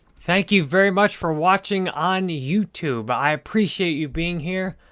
thank you very much for watching on youtube. i appreciate you being here.